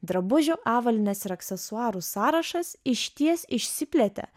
drabužių avalynės ir aksesuarų sąrašas išties išsiplėtė